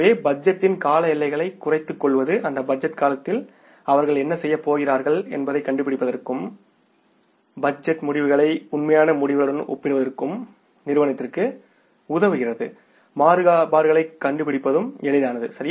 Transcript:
எனவே பட்ஜெட்டின் கால எல்லைகளை குறைத்துக்கொள்வது அந்த பட்ஜெட் காலத்தில் அவர்கள் என்ன செய்யப் போகிறார்கள் என்பதைக் கண்டுபிடிப்பதற்கும் பட்ஜெட் முடிவுகளை உண்மையான முடிவுகளுடன் ஒப்பிடுவதற்கும் நிறுவனத்திற்கு உதவுகிறதுமாறுபாடுகளைக் கண்டுபிடிப்பதும் எளிதானது